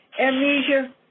Amnesia